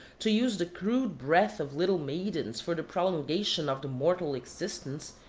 to use the crude breath of little maidens for the prolongation of the mortal existence,